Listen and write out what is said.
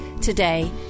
today